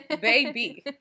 baby